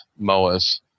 MOAs